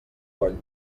coll